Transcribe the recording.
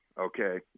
okay